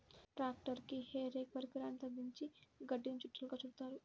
ట్రాక్టరుకి hay rake పరికరాన్ని తగిలించి గడ్డిని చుట్టలుగా చుడుతారు